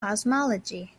cosmology